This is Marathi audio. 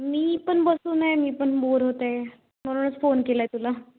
मी पण बसून आहे मी पण बोर होत आहे म्हणूनच फोन केला आहे तुला